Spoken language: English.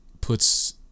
puts